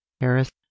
harris